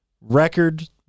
record